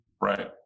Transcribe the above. Right